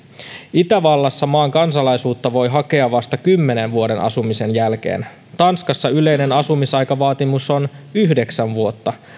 itävallassa maan kansalaisuutta voi hakea vasta kymmenen vuoden asumisen jälkeen tanskassa yleinen asumisaikavaatimus on yhdeksän vuotta